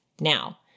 Now